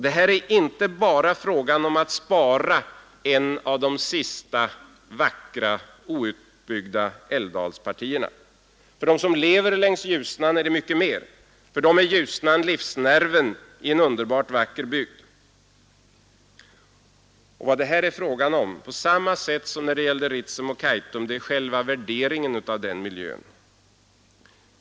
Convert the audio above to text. Det är här inte bara fråga om att spara ett av de sista vackra outbyggda älvdalspartierna. För dem som lever längs Ljusnan är det så mycket mer. För dem är Ljusnan livsnerven i en underbart vacker bygd. Vad det här — på samma sätt som när det gällde Ritsem och Kaitum — gäller är själva värderingen av denna miljö.